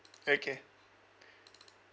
okay